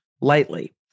lightly